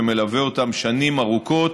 ומלווה אותם שנים ארוכות